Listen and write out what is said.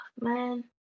man